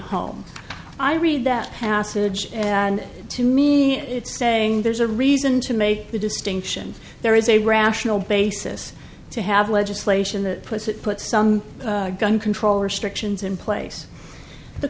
home i read that passage and to me it's saying there's a reason to make the distinction there is a rational basis to have legislation that puts it put some gun control restrictions in place the